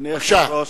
בבקשה.